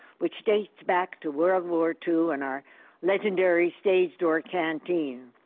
which dates back to world war two and our legendary stage door canteen.